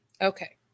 Okay